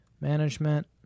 management